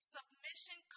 Submission